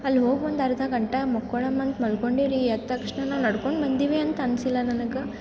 ಅಲ್ಲಿ ಹೋಗಿ ಒಂದು ಅರ್ಧ ಗಂಟೆ ಮುಕ್ಕೊಳಮಂತ ಮಲ್ಕೊಂಡಿವ್ರಿ ಎದ್ದ ತಕ್ಷಣ ನಾವು ನಡ್ಕೊಂಡು ಬಂದೀವಿ ಅಂತ ಅನಿಸಿಲ್ಲ ನನ್ಗೆ